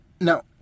now